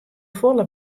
folle